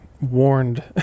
warned